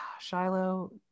Shiloh